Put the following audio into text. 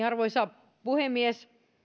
arvoisa puhemies